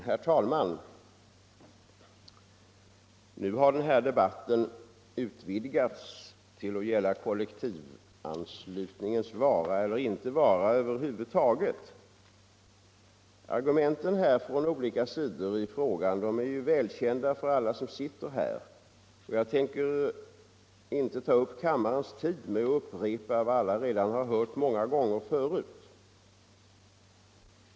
Herr talman! Nu har den här debatten utvidgats till att gälla kollektivanslutningens vara eller inte vara över huvud taget. Argumenten från olika sidor är ju välkända för alla som sitter här, och jag tänker inte ta upp kammarens tid med att upprepa vad alla redan har hört många gånger förut.